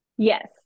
Yes